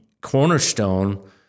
cornerstone